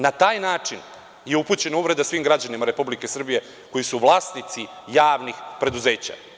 Na taj način je upućena uvreda svim građanima Republike Srbije koji su vlasnici javnih preduzeća.